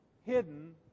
hidden